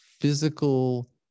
physical